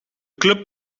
club